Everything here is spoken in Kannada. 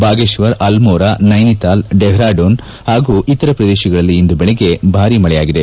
ಬಾಗೇಶ್ವರ್ ಅಲ್ಮೋರ ನೈನಿತಾಲ್ ಡೆಹ್ರಾಡೂನ್ ಹಾಗೂ ಇತರ ಪ್ರದೇಶಗಳಲ್ಲಿ ಇಂದು ಬೆಳಗ್ಗೆ ಬಾರಿ ಮಳೆಯಾಗಿದೆ